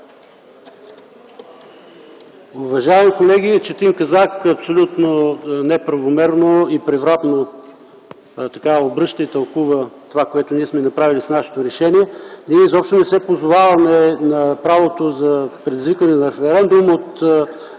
Уважаеми колеги, Четин Казак абсолютно неправомерно и превратно обръща и тълкува това, което ние сме направили с нашето решение. Ние изобщо не се позоваваме на правото за предизвикване на референдум от